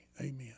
Amen